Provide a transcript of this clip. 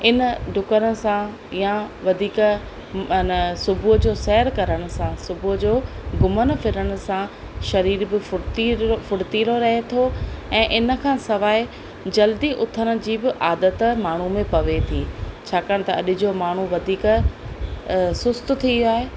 हिन डुकण सां या वधीक माना सुबुह जो सहर करण सां सुबुह जो घुमण फिरण सां सरीर बि फुर्तिलो फुर्तिलो रहे थो ऐं हिन खां सवाइ जल्दी उथण जी बि आदति माण्हू में पवे थी छाकाणि त अॼु जो माण्हू वधीक सुस्त थी वियो आहे